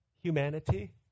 humanity